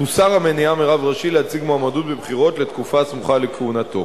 תוסר המניעה מרב ראשי להציג מועמדות בבחירות לתקופה הסמוכה לכהונתו.